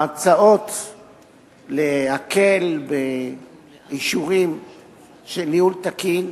ההצעות להקל באישורים של ניהול תקין